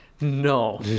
No